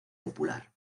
popular